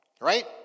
Right